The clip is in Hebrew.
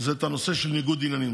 זה את הנושא של ניגוד עניינים.